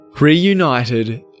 Reunited